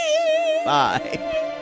Bye